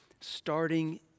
starting